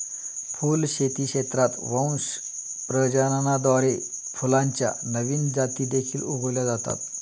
फुलशेती क्षेत्रात वंश प्रजननाद्वारे फुलांच्या नवीन जाती देखील उगवल्या जातात